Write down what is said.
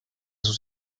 sus